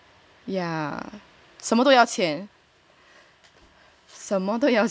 yeah 什么都要钱